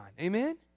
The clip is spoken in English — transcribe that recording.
Amen